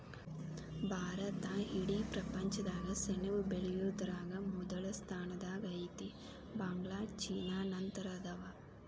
ಭಾರತಾ ಇಡೇ ಪ್ರಪಂಚದಾಗ ಸೆಣಬ ಬೆಳಿಯುದರಾಗ ಮೊದಲ ಸ್ಥಾನದಾಗ ಐತಿ, ಬಾಂಗ್ಲಾ ಚೇನಾ ನಂತರ ಅದಾವ